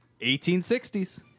1860s